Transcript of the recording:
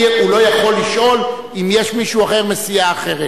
הוא לא יכול לשאול אם יש מישהו אחר מסיעה אחרת.